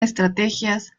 estrategias